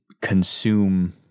consume